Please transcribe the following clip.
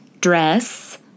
dress